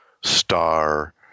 star